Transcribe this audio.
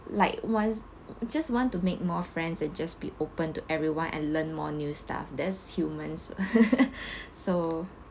like wants just want to make more friends and just be open to everyone and learn more new stuff that's humans so